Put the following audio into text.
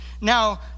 now